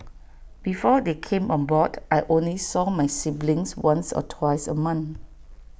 before they came on board I only saw my siblings once or twice A month